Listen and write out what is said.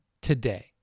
today